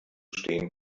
stehen